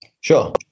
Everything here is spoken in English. sure